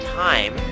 time